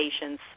patients